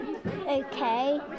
Okay